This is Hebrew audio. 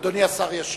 אדוני השר ישיב.